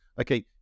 okay